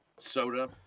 soda